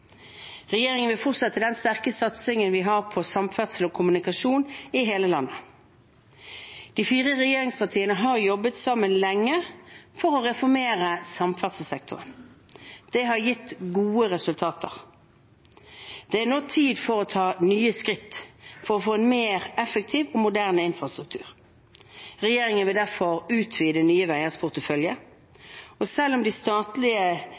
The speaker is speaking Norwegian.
Regjeringen vil fortsette den sterke satsingen vi har på samferdsel og kommunikasjon i hele landet. De fire regjeringspartiene har jobbet sammen lenge for å reformere samferdselssektoren. Det har gitt gode resultater. Det er nå tid for å ta nye skritt for å få en mer effektiv og moderne infrastruktur. Regjeringen vil derfor utvide Nye Veiers portefølje. Selv om de statlige